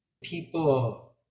People